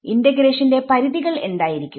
ഇന്റെഗ്രേഷന്റെ പരിധികൾ എന്തായിരിക്കും